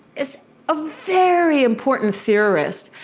is ah very important theorist.